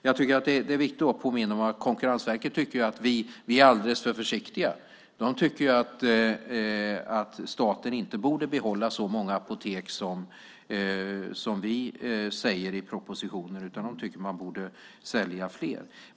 Jag tycker att det är viktigt att påminna om att Konkurrensverket tycker att vi är alldeles för försiktiga. De tycker inte att staten borde behålla så många apotek som vi säger i propositionen, utan de tycker att man borde sälja fler.